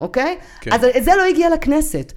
אוקיי? אז זה לא הגיע לכנסת.